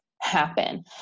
happen